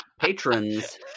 patrons